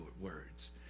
words